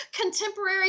Contemporary